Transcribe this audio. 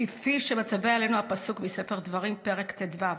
כפי שמצווה עלינו הפסוק מספר דברים, פרק ט"ו: